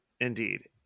Indeed